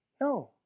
No